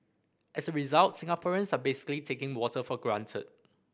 as a result Singaporeans are basically taking water for granted